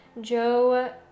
Joe